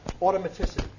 automaticity